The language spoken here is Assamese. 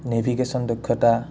নিভিগেশ্যন দক্ষতা